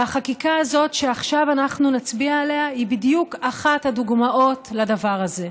והחקיקה הזאת שעכשיו אנחנו נצביע עליה היא בדיוק אחת הדוגמאות לדבר הזה.